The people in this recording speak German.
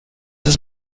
ist